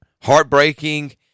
heartbreaking